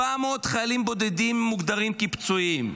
400 חיילים בודדים מוגדרים כפצועים.